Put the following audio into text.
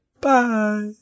Bye